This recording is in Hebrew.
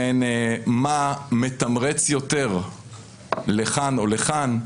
והן מה מתמרץ יותר לכאן או לכאן,